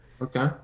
Okay